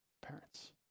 parents